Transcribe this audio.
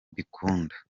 mbikunda